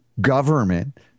government